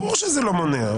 ברור שזה לא מונע.